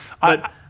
But-